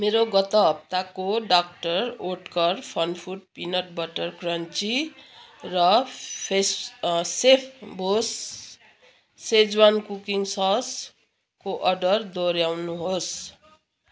मेरो गत हप्ताको doctor Oetker funfoods peanut butter crunchy र फेस सेफबोस सेज्वान कुकिङ ससको अर्डर दोहोऱ्याउनुहोस्